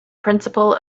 principle